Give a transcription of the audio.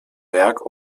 werk